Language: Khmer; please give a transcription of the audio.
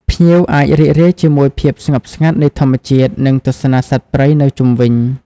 ភ្ញៀវអាចរីករាយជាមួយភាពស្ងប់ស្ងាត់នៃធម្មជាតិ និងទស្សនាសត្វព្រៃនៅជុំវិញ។